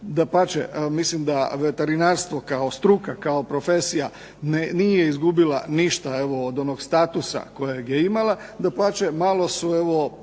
Dapače, mislim da veterinarstvo kao struka, kao profesija nije izgubila ništa evo od onog statusa kojeg je imala, dapače malo su evo